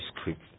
script